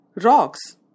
rocks